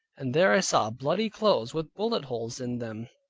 and there i saw bloody clothes, with bullet-holes in them.